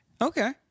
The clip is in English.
Okay